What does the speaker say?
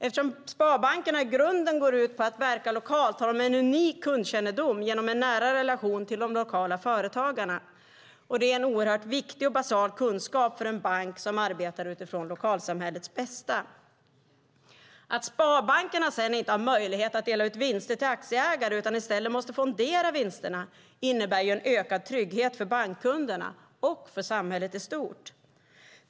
Eftersom sparbankernas idé i grunden går ut på att verka lokalt har de en unik kundkännedom genom en nära relation till de lokala företagarna. Det är en oerhört viktig och basal kunskap för en bank som arbetar för lokalsamhällets bästa. Att sparbankerna inte har möjlighet att dela ut vinster till aktieägarna utan i stället måste fondera vinsterna innebär ju en ökad trygghet för bankkunderna och för samhället i stort.